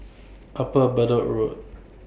Upper Bedok Road